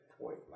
point